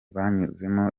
banyuzemo